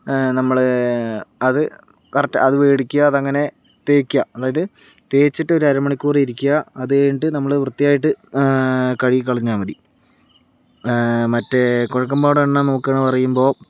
നമ്മള് അത് കറക്ടാ അത് മേടിക്കുക അത് അങ്ങനെ തേക്കുക അതായത് തേച്ചിട്ട് ഒരു അരമണിക്കൂർ ഇരിക്കുക അതുകഴിഞ്ഞിട്ട് നമ്മൾ വൃത്തിയായിട്ട് കഴുകി കളഞ്ഞാൽ മതി മറ്റേ കൊഴക്കംപാട് എണ്ണ നോക്കുകയാണെന്ന് പറയുമ്പോൾ